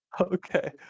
Okay